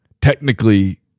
Technically